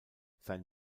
sein